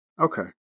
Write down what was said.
Okay